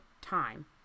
time